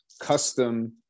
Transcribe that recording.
custom